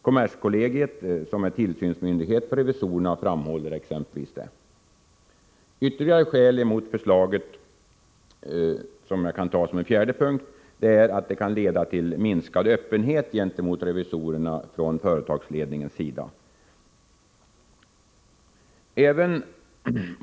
Kommerskollegiet, som är tillsynsmyndighet för revisorerna, framhåller exempelvis detta. Ytterligare skäl emot förslaget är, för det fjärde, att det kan leda till minskad öppenhet gentemot revisorerna från företagsledningens sida.